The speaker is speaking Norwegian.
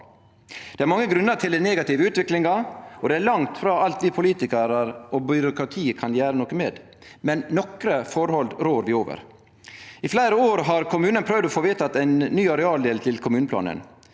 Det er mange grunnar til den negative utviklinga, og det er langt frå alt vi politikarar og byråkratiet kan gjere noko med, men nokre forhold rår vi over. I fleire år har kommunen prøvd å få vedteke ein ny arealdel til kommuneplanen.